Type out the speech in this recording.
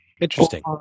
Interesting